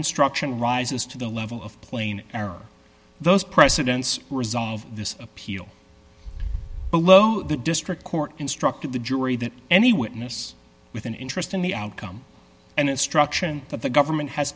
instruction rises to the level of plain error those precedents resolve this appeal but lo the district court instructed the jury that any witness with an interest in the outcome and instruction of the government has